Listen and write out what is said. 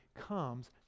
comes